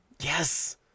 Yes